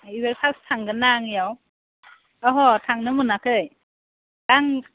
एबार फार्स्ट थांगोन ना आं इयाव अह' थांनो मोनाखै आं